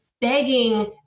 begging